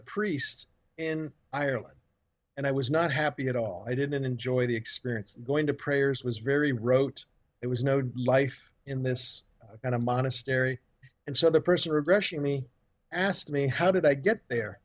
a priest in ireland and i was not happy at all i didn't enjoy the experience of going to prayers was very wrote it was no life in this kind of monastery and so the person regression me asked me how did i get there